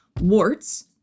warts